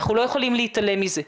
אנחנו לא יכולים להתעלם מזה.